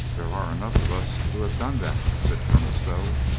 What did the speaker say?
there are enough of us who have done that, said colonel stow.